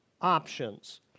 options